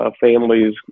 families